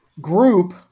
group